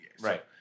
Right